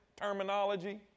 terminology